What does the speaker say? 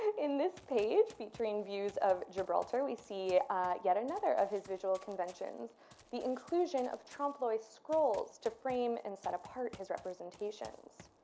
in this page, featuring views of gibraltar, we see yet another of his visual conventions the inclusion of trompe l'oeil scrolls to frame and set apart his representations.